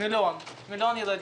מיליון ילדים.